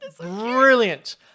brilliant